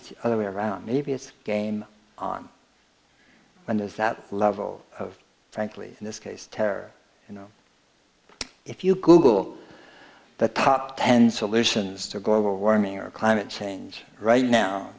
it's other way around maybe it's game on and is that level of frankly in this case terror you know if you google the top ten solutions to global warming or climate change right now